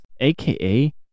AKA